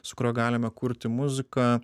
su kuriuo galime kurti muziką